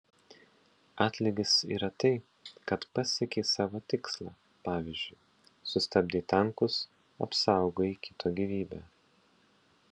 atlygis yra tai kad pasiekei savo tikslą pavyzdžiui sustabdei tankus apsaugojai kito gyvybę